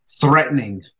threatening